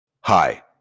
Hi